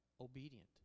obedient